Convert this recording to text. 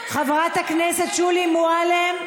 חברת הכנסת שולי מועלם,